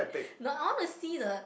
not I wanna see the